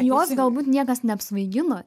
jos galbūt niekas neapsvaigino